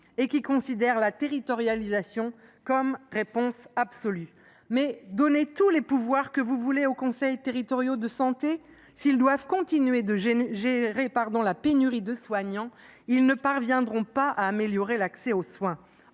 elle considère la territorialisation comme une réponse absolue. Donnez tous les pouvoirs que vous voulez aux conseils territoriaux de santé : s’ils doivent continuer de gérer la pénurie de soignants, ils ne parviendront pas à améliorer l’accès aux soins.